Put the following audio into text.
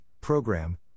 program